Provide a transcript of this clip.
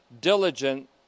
Diligent